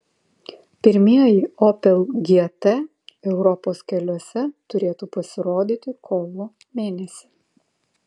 pirmieji opel gt europos keliuose turėtų pasirodyti kovo mėnesį